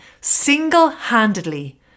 single-handedly